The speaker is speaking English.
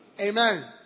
Amen